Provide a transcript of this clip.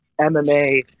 MMA